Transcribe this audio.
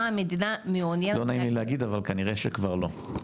מה המדינה מעוניינת --- לא נעים לי להגיד אבל כנראה שכבר לא,